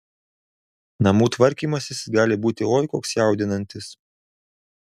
namų tvarkymasis gali būti oi koks jaudinantis